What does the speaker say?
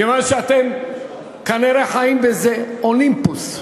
כיוון שאתם כנראה חיים באיזה אולימפוס,